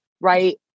right